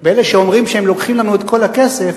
ואלה שאומרים שהם לוקחים לנו את כל הכסף,